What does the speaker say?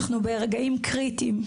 אנחנו ברגעים קריטיים,